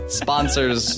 sponsors